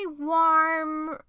warm